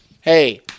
hey